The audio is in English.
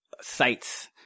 sites